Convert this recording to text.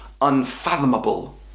unfathomable